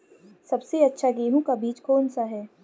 सबसे अच्छा गेहूँ का बीज कौन सा है?